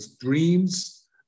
dreams